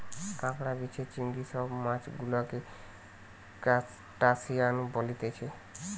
কাঁকড়া, বিছে, চিংড়ি সব মাছ গুলাকে ত্রুসটাসিয়ান বলতিছে